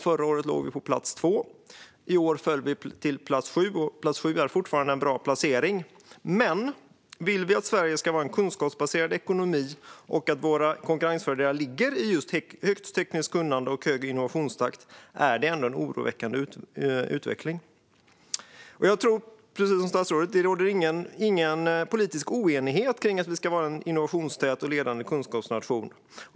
Förra låg vi på plats två, och i år föll vi till plats sju. Plats sju är fortfarande en bra placering. Men vill vi att Sverige ska vara en kunskapsbaserad ekonomi och att våra konkurrensfördelar ska ligga i just högt tekniskt kunnande och hög innovationstakt är det en ändå en oroande utveckling. Jag tror, precis som statsrådet, inte att det råder någon politisk oenighet om att vi ska vara en innovationstät och ledande kunskapsnation.